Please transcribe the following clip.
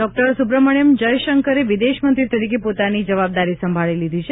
doctor Subrahmanyam જયશંકરે વિદેશ મંત્રી તરીકે પોતાની જવાબદારી સંભાળી લીધી છે